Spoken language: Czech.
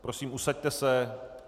Prosím, usaďte se.